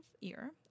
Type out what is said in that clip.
ear